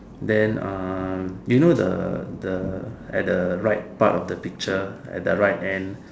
then ah you know the the at the right part of the picture at the right end